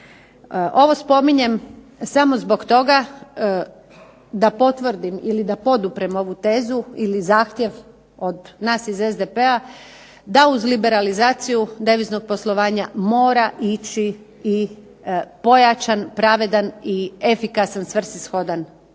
Ovo spominjem samo zbog toga da potvrdim ili da poduprem ovu tezu ili zahtjev od nas iz SDP-a da uz liberalizaciju deviznog poslovanja mora ići pojačan, pravedan i efikasan svrsishodan nadzor.